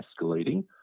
escalating